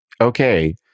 okay